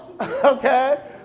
Okay